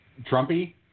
Trumpy